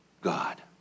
God